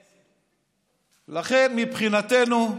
לכן, מבחינתנו,